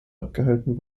abgehalten